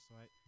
right